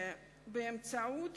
באמצעות